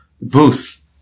booth